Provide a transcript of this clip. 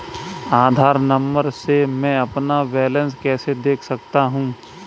आधार number से मैं अपना बैलेंस कैसे देख सकता हूँ?